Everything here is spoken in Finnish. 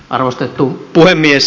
arvostettu puhemies